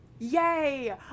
Yay